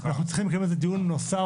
אנחנו צריכים לקיים על זה דיון נוסף.